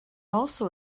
also